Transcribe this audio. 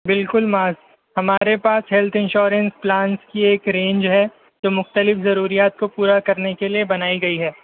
بالکل معاذ ہمارے پاس ہیلتھ انشورنس پلانس کی ایک رینج ہے جو مختلف ضروریات کو پورا کرنے کے لیے بنائی گئی ہے